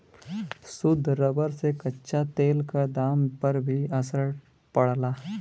शुद्ध रबर से कच्चा तेल क दाम पर भी असर पड़ला